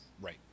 Right